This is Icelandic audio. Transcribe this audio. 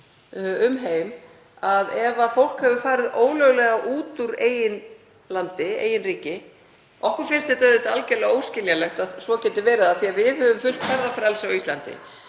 um heim að ef fólk hefur farið ólöglega úr eigin landi, eigin ríki, — okkur finnst auðvitað algjörlega óskiljanlegt að svo geti verið af því að við höfum fullt ferðafrelsi á Íslandi